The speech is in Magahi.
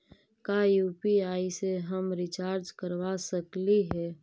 का यु.पी.आई से हम रिचार्ज करवा सकली हे?